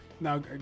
Now